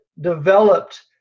developed